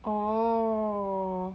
oh